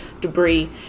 debris